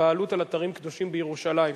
לבעלות על אתרים קדושים בירושלים,